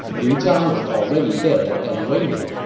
liu zhang was already there and waiting.